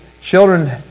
children